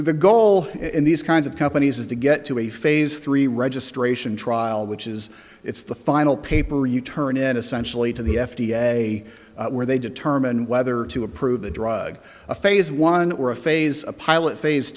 the goal in these kinds of companies is to get to a phase three registration trial which is it's the final paper you turn in essentially to the f d a where they determine whether to approve the drug a phase one or a phase a pilot phase